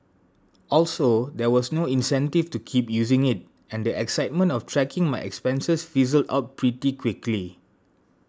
also there was no incentive to keep using it and the excitement of tracking my expenses fizzled out pretty quickly